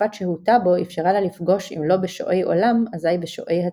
ותקופת שהותה בו אפשרה לה לפגוש אם לא בשועי עולם אזי בשועי הציונות.